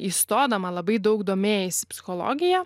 įstodama labai daug domėjaisi psichologija